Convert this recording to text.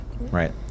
right